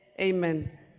Amen